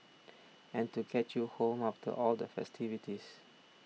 and to get you home after all the festivities